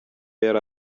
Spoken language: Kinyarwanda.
yari